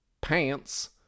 pants